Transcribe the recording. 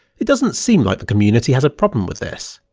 it doesn't seem like the community has a problem with this.